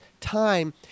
time